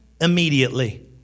immediately